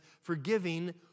forgiving